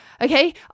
Okay